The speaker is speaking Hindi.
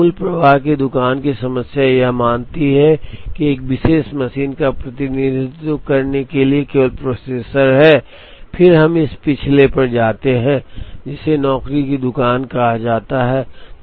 लेकिन मूल प्रवाह की दुकान की समस्या यह मानती है कि 1 विशेष मशीन का प्रतिनिधित्व करने के लिए केवल प्रोसेसर है फिर हम पिछले एक पर जाते हैं जिसे नौकरी की दुकान कहा जाता है